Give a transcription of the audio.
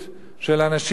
של פקידים קטנים,